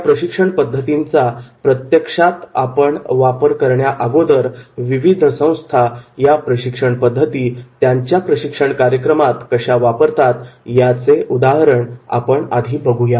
या प्रशिक्षण पद्धतींचा प्रत्यक्षात आपण वापर करण्या अगोदर विविध संस्था या प्रशिक्षण पद्धती त्यांच्या प्रशिक्षण कार्यक्रमात कश्या वापरतात याचे उदाहरण आपण आधी बघूया